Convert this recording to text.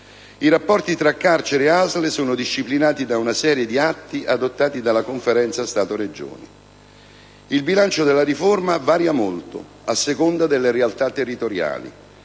I rapporti tra carcere e ASL sono disciplinati da una serie di atti adottati dalla Conferenza Stato-Regioni. Il bilancio della riforma varia molto, a seconda delle realtà territoriali,